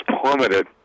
plummeted